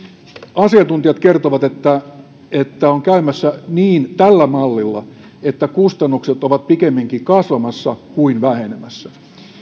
asiantuntijat kertovat että tällä mallilla on käymässä niin että kustannukset ovat pikemminkin kasvamassa kuin vähenemässä